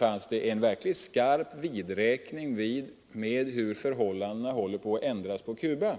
man en verkligt skarp vidräkning med hur förhållandena håller på att ändras på Cuba.